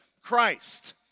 Christ